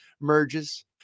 merges